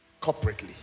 corporately